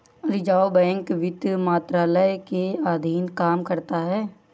reserve bank वित्त मंत्रालय के अधीन काम करता है